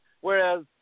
Whereas